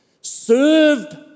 served